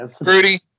Rudy